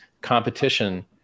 competition